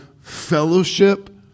fellowship